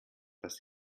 dass